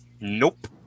Nope